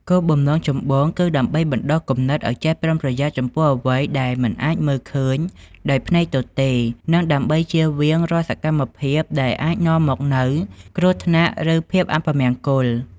គោលបំណងចម្បងគឺដើម្បីបណ្ដុះគំនិតឲ្យចេះប្រុងប្រយ័ត្នចំពោះអ្វីដែលមិនអាចមើលឃើញដោយភ្នែកទទេ និងដើម្បីជៀសវាងរាល់សកម្មភាពដែលអាចនាំមកនូវគ្រោះថ្នាក់ ឬភាពអពមង្គល។